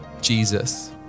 Jesus